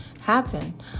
happen